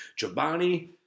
Chobani